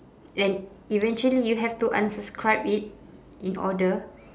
and eventually you have to unsubscribe it in order